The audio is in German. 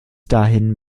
dahin